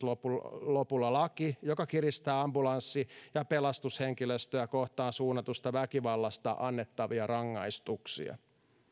lopulla lopulla laki joka kiristää ambulanssi ja pelastushenkilöstöä kohtaan suunnatusta väkivallasta annettavia rangaistuksia